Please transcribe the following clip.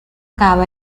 cabo